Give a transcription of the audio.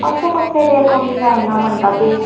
अशें कशे रे कमी जायना म्हणटा तूं